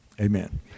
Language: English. Amen